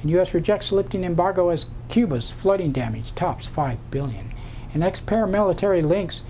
and u s rejects lifting embargo as cuba's flooding damage tops five billion and next paramilitary links